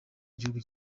igihugu